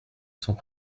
sans